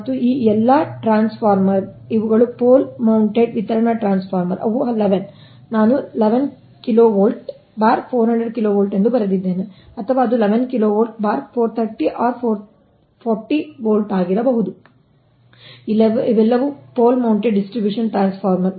ಮತ್ತು ಈ ಎಲ್ಲಾ ಟ್ರಾನ್ಸ್ಫಾರ್ಮರ್ ಇವುಗಳು ಪೋಲ್ ಮೌಂಟೆಡ್ ವಿತರಣಾ ಟ್ರಾನ್ಸ್ಫಾರ್ಮರ್ ಅವು 11 ನಾನು 11 kV400V ಎಂದು ಬರೆದಿದ್ದೇನೆ ಅಥವಾ ಅದು 11 kV 430 ಅಥವಾ 440V ಆಗಿರಬಹುದು ಇವೆಲ್ಲವೂ ಪೋಲ್ ಮೌಂಟೆಡ್ ಡಿಸ್ಟ್ರಿಬ್ಯೂಷನ್ ಟ್ರಾನ್ಸ್ಫಾರ್ಮರ್